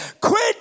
Quit